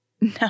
No